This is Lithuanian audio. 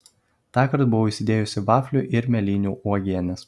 tąkart buvau įsidėjusi vaflių ir mėlynių uogienės